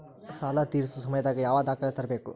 ಸಾಲಾ ತೇರ್ಸೋ ಸಮಯದಾಗ ಯಾವ ದಾಖಲೆ ತರ್ಬೇಕು?